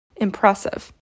impressive